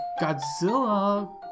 godzilla